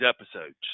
episodes